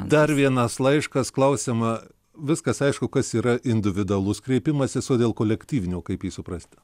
dar vienas laiškas klausiama viskas aišku kas yra individualus kreipimasis o dėl kolektyvinių kaip jį suprasti